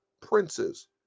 princes